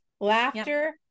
laughter